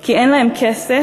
כי אין להם כסף.